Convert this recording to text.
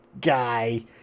guy